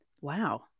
Wow